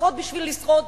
לפחות בשביל לשרוד,